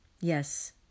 Yes